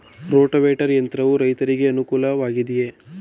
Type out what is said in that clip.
Rotavator ಯಂತ್ರವು ರೈತರಿಗೆ ಅನುಕೂಲ ವಾಗಿದೆಯೇ?